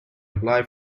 apply